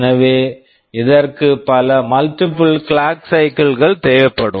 எனவே இதற்கு பல multiple multiple clock cycles clock cycles கள் தேவைப்படும்